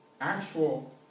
actual